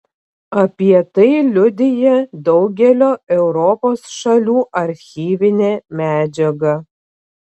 apie tai liudija daugelio europos šalių archyvinė medžiaga